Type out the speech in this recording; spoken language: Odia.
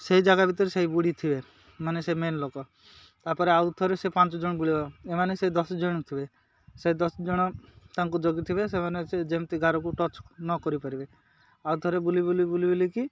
ସେଇ ଜାଗା ଭିତରେ ସେଇ ବୁଡ଼ିଥିବେ ମାନେ ସେ ମେନ୍ ଲୋକ ତାପରେ ଆଉ ଥରେ ସେ ପାଞ୍ଚ ଜଣ ବୁଲିବ ଏମାନେ ସେ ଦଶ ଜଣ ଥିବେ ସେ ଦଶ ଜଣ ତାଙ୍କୁ ଜଗିଥିବେ ସେମାନେ ସେ ଯେମିତି ଗାରକୁ ଟଚ୍ ନ କରିପାରିବେ ଆଉ ଥରେ ବୁଲି ବୁଲି ବୁଲି ବୁଲିକି